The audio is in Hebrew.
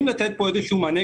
לדאוג שאין בו איזשהן פרצות,